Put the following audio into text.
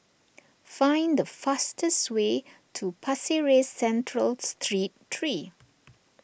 find the fastest way to Pasir Ris Central Street three